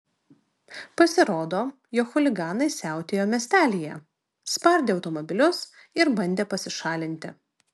pasirodo jog chuliganai siautėjo miestelyje spardė automobilius ir bandė pasišalinti